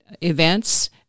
events